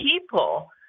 people